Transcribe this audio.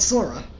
Sora